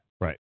Right